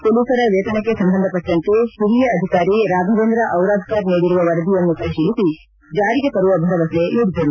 ಮೊಲೀಸರ ವೇತನಕ್ಕೆ ಸಂಬಂಧಪಟ್ಟಂತೆ ಹಿರಿಯ ಅಧಿಕಾರಿ ರಾಘವೇಂದ್ರ ಹಿರಾದ್ಧರ್ ನೀಡಿರುವ ವರದಿಯನ್ನು ಪರಿಶೀಲಿಸಿ ಜಾರಿಗೆ ತರುವ ಭರವಸೆ ನೀಡಿದರು